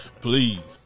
Please